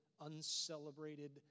uncelebrated